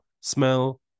smell